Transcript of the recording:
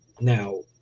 Now